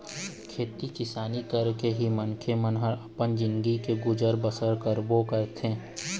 खेती किसानी करके ही मनखे मन ह अपन जिनगी के गुजर बसर बरोबर करथे